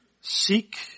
seek